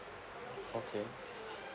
okay